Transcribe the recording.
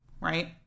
right